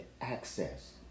access